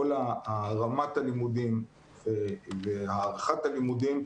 כל רמת הלימודים והערכת הלימודים,